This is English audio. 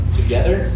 together